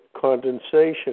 condensation